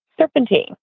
serpentine